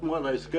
שחתמו על ההסכם